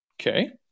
Okay